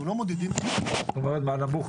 דרך אחת